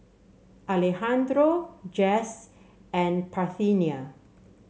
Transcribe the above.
Alejandro Jess and Parthenia